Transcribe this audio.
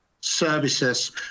services